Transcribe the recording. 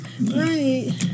Right